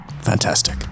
Fantastic